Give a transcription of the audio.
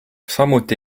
samuti